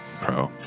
pro